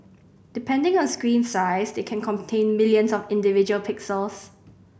depending on screen size they can contain millions of individual pixels